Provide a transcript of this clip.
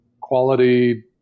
quality